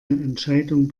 entscheidung